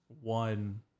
one